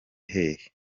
hehe